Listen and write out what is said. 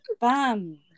Bam